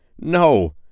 No